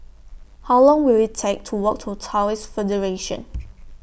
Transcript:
How Long Will IT Take to Walk to Taoist Federation